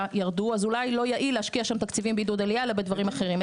ירדו אז אולי לא יעיל להשקיע שם תקציבים בעידוד עלייה אלא בדברים אחרים,